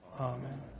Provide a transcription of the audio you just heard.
Amen